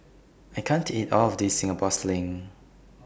I can't eat All of This Singapore Sling